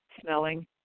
smelling